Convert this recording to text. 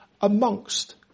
amongst